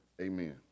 amen